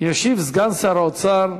ישיב סגן שר האוצר,